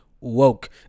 woke